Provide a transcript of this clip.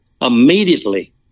Immediately